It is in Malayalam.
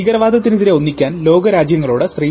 ഭീകരവാദത്തിനെതിരെ ഒന്നിക്കാൻ ലോകരാജ്യങ്ങളോട് ശ്രീ